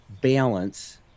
balance